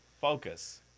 Focus